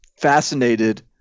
fascinated